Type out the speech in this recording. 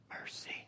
mercy